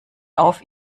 auf